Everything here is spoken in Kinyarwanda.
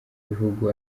bihugu